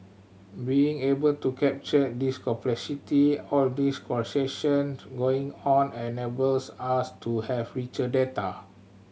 being able to capture this complexity all these procession going on enables us to have richer data